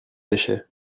pêchait